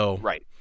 Right